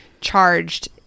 charged